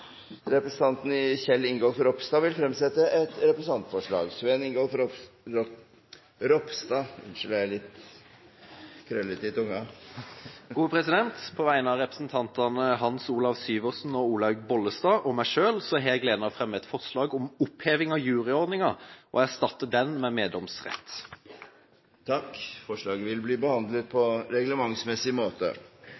Representanten Kjell Ingolf Ropstad vil fremsette et representantforslag. På vegne av representantene Hans Olav Syversen, Olaug V. Bollestad og meg selv har jeg gleden av å framsette et forslag om oppheving av juryordninga og erstatte den med meddomsrett. Forslaget vil bli behandlet på